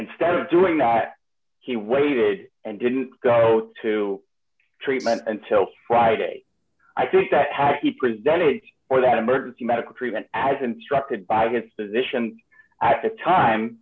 instead of doing that he waited and didn't go to treatment until friday i think that had he presented or that emergency medical treatment as instructed by its position at the time